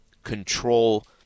control